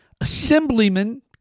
Assemblyman